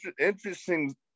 interesting